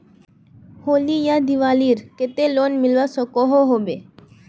होली या दिवालीर केते लोन मिलवा सकोहो होबे?